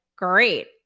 great